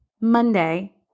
Monday